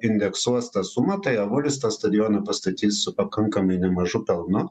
indeksuos tą sumą tai avulis tą stadioną pastatys su pakankamai nemažu pelnu